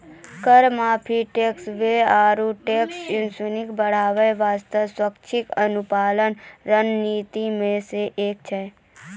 कर माफी, tax base आरो टैक्स रेवेन्यू बढ़ाय बासतें स्वैछिका अनुपालन रणनीति मे सं एक छै